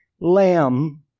lamb